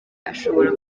ashobora